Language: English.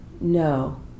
no